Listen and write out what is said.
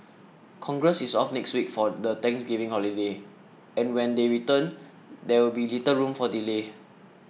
congress is off next week for the Thanksgiving holiday and when they return there will be little room for delay